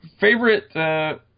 Favorite